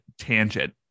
tangent